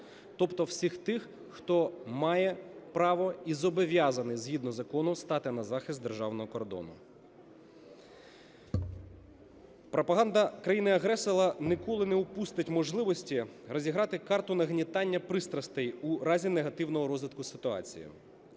тобто всіх тих, хто має право і зобов'язаний згідно закону стати на захист державного кордону. Пропаганда країни-агресора ніколи не упустить можливості розіграти карту нагнітання пристрастей у разі негативного розвитку ситуації.